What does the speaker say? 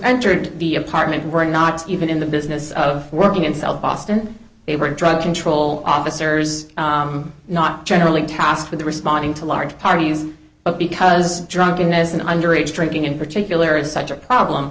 entered the apartment were not even in the business of working in south boston they were drug control officers not generally tasked with responding to large parties but because drunkenness and underage drinking in particular is such a problem